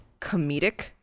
comedic